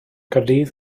caerdydd